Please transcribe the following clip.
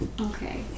Okay